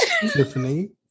Tiffany